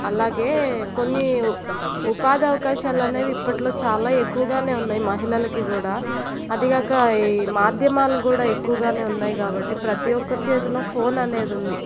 అలాగే కొన్ని ఉపాధి అవకాశాలు అనేవి ఇప్పట్లో చాలా ఎక్కువగానే ఉన్నాయి మహిళలకి కూడా అదిగాక ఈ మాధ్యమాలు కూడా ఎక్కువగానే ఉన్నాయి కాబట్టి ప్రతి ఒక్కరి చేతిలో ఫోన్ అనేది ఉంది